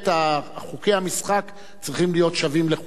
חוקי המשחק צריכים להיות שווים לכולם.